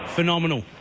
Phenomenal